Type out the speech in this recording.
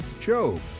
Job